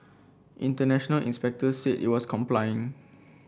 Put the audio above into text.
international inspectors said it was complying